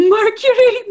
Mercury